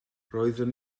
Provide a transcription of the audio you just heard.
roeddwn